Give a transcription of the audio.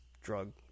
drug